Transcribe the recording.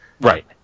Right